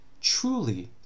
truly